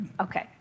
Okay